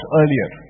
earlier